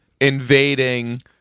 Invading